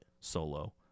solo